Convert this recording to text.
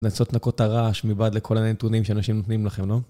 לנסות לנקות את הרעש מבעד לכל הנתונים שאנשים נותנים לכם, לא?